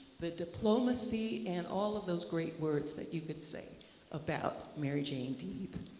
the diplomacy and all of those great words that you could say about mary jane deeb.